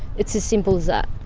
it's as simple as that.